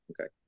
Okay